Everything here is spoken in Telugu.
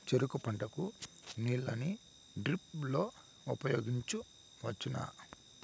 చెరుకు పంట కు నీళ్ళని డ్రిప్ లో ఉపయోగించువచ్చునా?